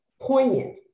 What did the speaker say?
poignant